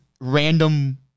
random